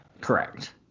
Correct